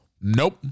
nope